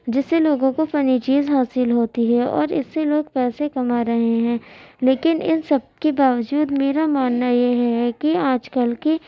جس سے لوگوں کو فنی چیز حاصل ہوتی ہے اور اس سے لوگ پیسے کما رہے ہیں لیکن ان سب کے باوجود میرا ماننا یہ ہے کہ آج کل کی